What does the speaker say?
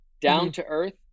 down-to-earth